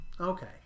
Okay